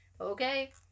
Okay